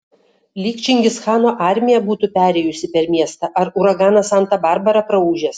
lyg čingischano armija būtų perėjusi per miestą ar uraganas santa barbara praūžęs